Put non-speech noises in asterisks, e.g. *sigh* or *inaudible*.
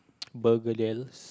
*noise* bergedils